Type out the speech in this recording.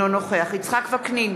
אינו נוכח יצחק וקנין,